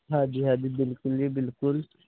ਹਾਂਜੀ ਹਾਂਜੀ ਬਿਲਕੁਲ ਜੀ ਬਿਲਕੁਲ